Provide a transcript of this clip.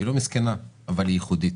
היא לא מסכנה אבל היא ייחודית.